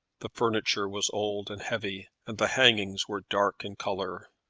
the furniture was old and heavy, and the hangings were dark in colour.